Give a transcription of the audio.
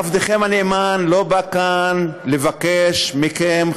עבדכם הנאמן לא בא כאן לבקש מכם,